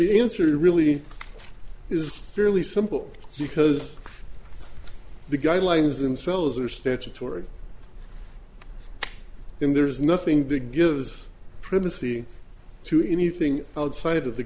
the answer really is fairly simple because the guidelines themselves are statutory and there's nothing big gives princie to anything outside of the